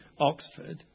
Oxford